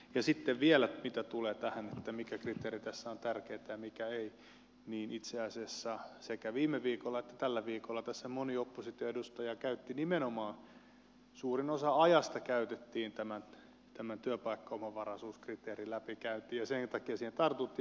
ja sitten vielä mitä tulee tähän mikä kriteeri tässä on tärkeä ja mikä ei niin itse asiassa sekä viime viikolla että tällä viikolla tässä moni opposition edustaja käytti nimenomaan suurin osa ajasta käytettiin tämän työpaikkaomavaraisuuskriteerin läpikäyntiin ja sen takia siihen tartuttiin